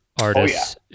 artists